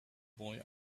boy